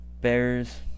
Bears